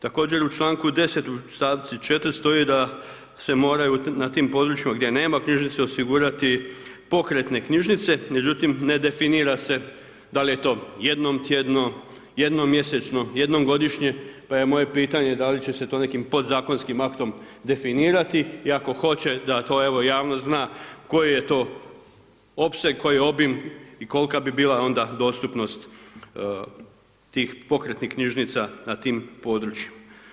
Također u čl. 10. st. 4 stoji da se moraju na tim područjima gdje nema knjižnice osigurati pokretne knjižnice, međutim ne definira se da li je to jednom tjedno, jednom mjesečno, jednom godišnje, pa je moje pitanje da li će se to nekim podzakonskim aktom definirati i ako hoće, da to evo javnost zna koji je to opseg, koji je obim i kolika bi bila onda dostupnost tih pokretnih knjižnica na tim područjima.